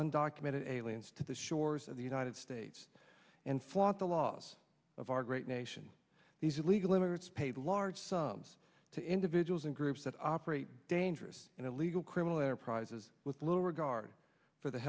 undocumented aliens to the shores of the united states and flaunt the laws of our great nation these illegal immigrants pay large sums to individuals and groups that operate dangerous and illegal criminal enterprises with little regard for the